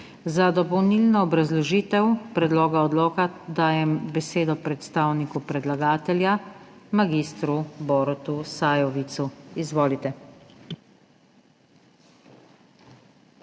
Za dopolnilno obrazložitev predloga odloka dajem besedo predstavniku predlagatelja mag. Borutu Sajovicu. Izvolite.